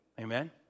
Amen